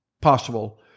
possible